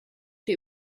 die